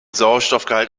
sauerstoffgehalt